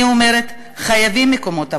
אני אומרת, חייבים מקומות עבודה,